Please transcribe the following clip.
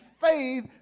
faith